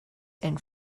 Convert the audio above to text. and